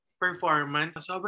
performance